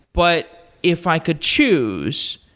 but if i could choose,